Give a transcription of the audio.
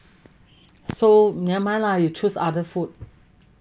so never mind lah you choose other food